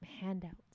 handouts